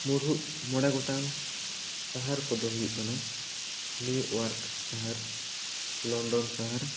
ᱢᱩᱬᱩᱛ ᱢᱚᱬᱮ ᱜᱚᱴᱟᱝ ᱥᱟᱦᱟᱨ ᱠᱚ ᱫᱚ ᱦᱩᱭᱩᱜ ᱠᱟᱱᱟ ᱱᱤᱭᱩᱣᱟᱨᱠ ᱥᱟᱦᱟᱨ ᱞᱚᱱᱰᱚᱱ ᱥᱟᱦᱟᱨ